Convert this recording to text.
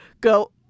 Go